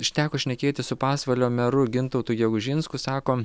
užteko šnekėtis su pasvalio meru gintautu gegužinsku sako